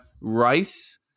rice